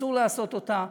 אסור לעשות אותה.